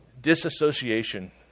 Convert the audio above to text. disassociation